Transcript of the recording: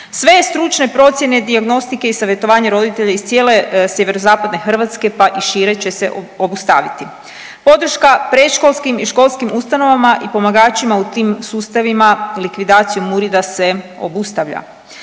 Sve stručne procijene dijagnostike i savjetovanja roditelja iz cijele sjeverozapadne Hrvatske, pa i šire će se obustaviti. Podrška predškolskim i školskim ustanovama i pomagačima u tim sustavima likvidacijom MURID-a se obustavlja.